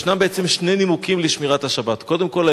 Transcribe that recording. ישנם בעצם שני נימוקים לשמירת השבת: קודם כול,